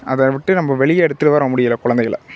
அதை விட்டு நம்ம வெளியே எடுத்துட்டு வர முடியல குழந்தைகளை